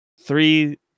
three